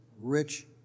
rich